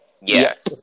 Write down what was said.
Yes